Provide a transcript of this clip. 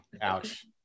Ouch